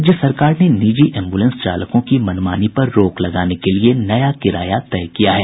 राज्य सरकार ने निजी एम्बुलेंस चालकों की मनमानी पर रोक लगाने के लिए नया किराया तय किया है